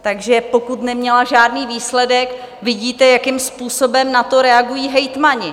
Takže pokud neměla žádný výsledek, vidíte, jakým způsobem na to reagují hejtmani.